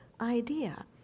idea